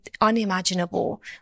unimaginable